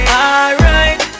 alright